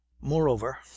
moreover